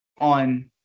on